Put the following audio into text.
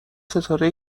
ستاره